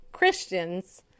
Christians